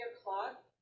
o'clock